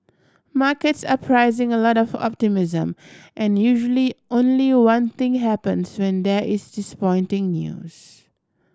markets are pricing a lot of optimism and usually only one thing happens when there is disappointing news